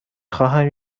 خواهم